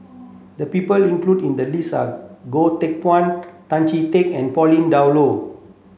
the people included in the list are Goh Teck Phuan Tan Chee Teck and Pauline Dawn Loh